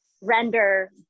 render